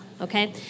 Okay